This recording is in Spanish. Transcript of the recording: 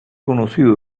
conocido